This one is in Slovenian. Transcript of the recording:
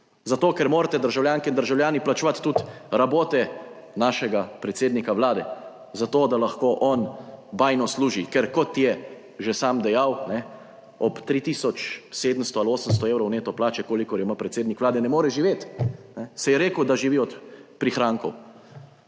zato, ker morate državljanke in državljani plačevati tudi rabote našega predsednika Vlade, zato, da lahko on bajno služi, ker, kot je že sam dejal, ob 3 tisoč 700 ali 800 evrov neto plače, kolikor jo ima predsednik Vlade, ne more živeti; saj je rekel, da živi od prihrankov.